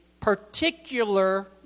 particular